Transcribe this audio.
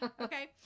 Okay